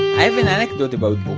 i have an anecdote about books!